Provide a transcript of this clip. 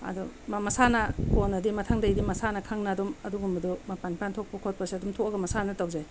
ꯑꯗꯨ ꯃꯥ ꯃꯁꯥꯅ ꯀꯣꯟꯅꯗꯤ ꯃꯊꯪꯗꯒꯤꯗꯤ ꯃꯁꯥꯅ ꯈꯪꯅ ꯑꯗꯨꯝ ꯑꯗꯨꯒꯨꯝꯕꯗꯣ ꯃꯄꯥꯟ ꯏꯄꯥꯟ ꯊꯣꯛꯄ ꯈꯣꯠꯄꯁꯨ ꯑꯗꯨꯝ ꯊꯣꯛꯑꯒ ꯃꯁꯥꯅ ꯇꯧꯖꯩ